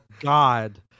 god